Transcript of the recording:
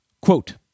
Quote